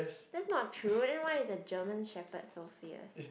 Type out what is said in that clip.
that's not true then why is a German Shepherd so fierce